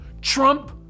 Trump